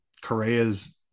Correa's